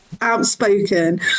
outspoken